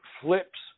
flips